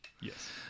Yes